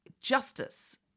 justice